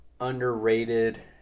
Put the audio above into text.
underrated